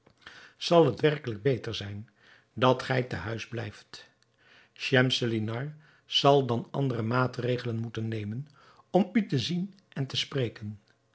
zal het werkelijk beter zijn dat gij te huis blijft schemselnihar zal dan andere maatregelen moeten nemen om u te zien en te spreken